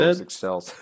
Excel